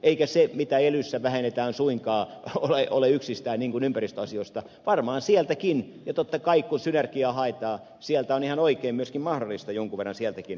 eikä se mitä elyssä vähennetään suinkaan ole yksistään vähennystä ympäristöasioista varmaan sieltäkin ja totta kai kun synergiaa haetaan sieltäkin on ihan oikein myöskin mahdollista jonkun verran säästöjä saada aikaan